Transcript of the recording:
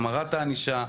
החמרת הענישה,